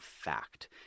fact